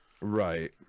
Right